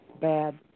bad